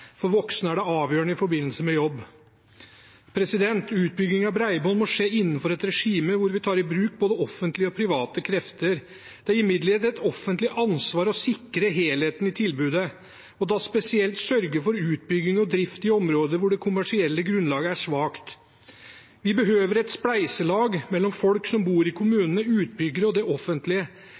For voksne er det avgjørende i forbindelse med jobb. Utbyggingen av bredbånd må skje innenfor et regime hvor vi tar i bruk både offentlige og private krefter. Det er imidlertid et offentlig ansvar å sikre helheten i tilbudet, og da spesielt sørge for utbygging og drift i områder hvor det kommersielle grunnlaget er svakt. Vi behøver et spleiselag mellom folk som bor i kommunene, utbyggere og det offentlige.